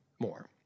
more